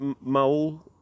mole